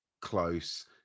close